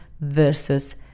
versus